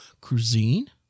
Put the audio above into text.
cuisine